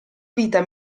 vita